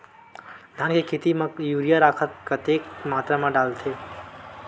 धान के खेती म यूरिया राखर कतेक मात्रा म डलथे?